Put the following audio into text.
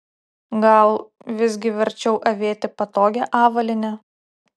gal visgi verčiau avėti patogią avalynę